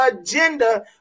agenda